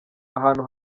ahantu